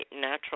natural